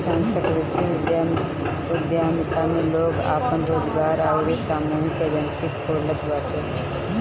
सांस्कृतिक उद्यमिता में लोग आपन रोजगार अउरी सामूहिक एजेंजी खोलत बाटे